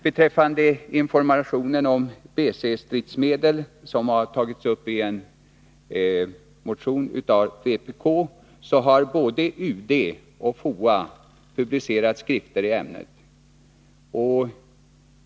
Beträffande informationen om BC-stridsmedel, som har tagits upp i en motion av vpk, har både UD och FOA publicerat skrifter i ämnet.